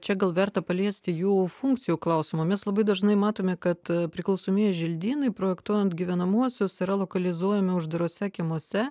čia gal verta paliesti jų funkcijų klausimą mes labai dažnai matome kad priklausomieji želdynai projektuojant gyvenamuosius yra lokalizuojami uždaruose kiemuose